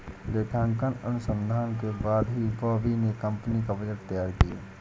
लेखांकन अनुसंधान के बाद ही बॉबी ने कंपनी का बजट तैयार किया